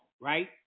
right